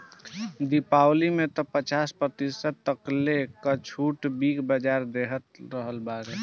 दीपावली में तअ पचास प्रतिशत तकले कअ छुट बिग बाजार देहले रहल हवे